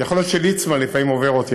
יכול להיות שליצמן לפעמים עובר אותי,